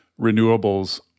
renewables